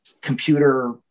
computer